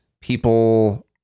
people